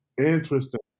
interesting